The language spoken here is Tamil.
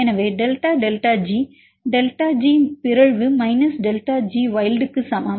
எனவே delta delta G delta G பிறழ்வு மைனஸ் டெல்டா ஜி வைல்ட்க்கு சமம்